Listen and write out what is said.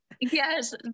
Yes